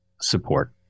support